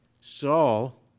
Saul